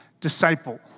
disciple